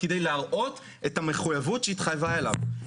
כדי להראות את המחויבות שהיא התחייבה אליו,